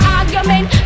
argument